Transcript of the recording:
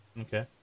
Okay